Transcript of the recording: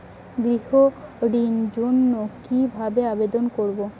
গৃহ ঋণ জন্য কি ভাবে আবেদন করব?